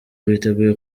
rwiteguye